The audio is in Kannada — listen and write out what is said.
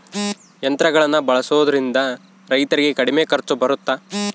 ಯಂತ್ರಗಳನ್ನ ಬಳಸೊದ್ರಿಂದ ರೈತರಿಗೆ ಕಡಿಮೆ ಖರ್ಚು ಬರುತ್ತಾ?